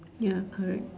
ya correct